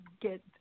get